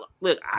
look